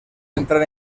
entrar